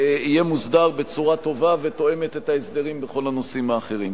יהיה מוסדר בצורה טובה ותואמת את ההסדרים בכל הנושאים האחרים.